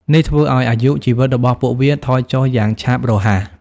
នេះធ្វើឱ្យអាយុជីវិតរបស់ពួកវាថយចុះយ៉ាងឆាប់រហ័ស។